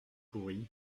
pourries